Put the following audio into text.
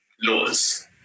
laws